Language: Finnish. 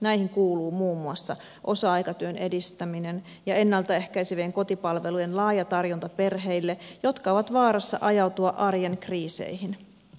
näihin kuuluu muun muassa osa aikatyön edistäminen ja ennalta ehkäisevien kotipalvelujen laaja tarjonta perheille jotka ovat vaarassa ajautua arjen kriiseihin